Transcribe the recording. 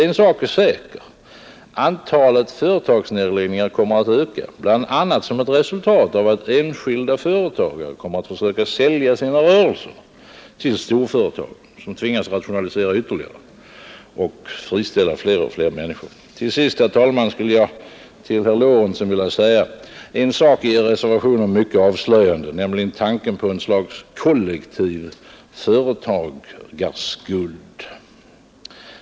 En sak är säker, antalet företagsnedläggningar kommer att öka, bl.a. som ett resultat av att enskilda företagare kommer att försöka sälja sina rörelser till storföretagen, som tvingas rationalisera ytterligare och friställa fler och fler människor. Till sist, herr talman, skulle jag till herr Lorentzon vilja säga att en sak i Er reservation är mycket avslöjande, nämligen tanken på ett slags kollektiv företagarskuld.